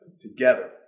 together